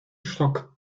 stock